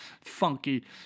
Funky